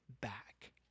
back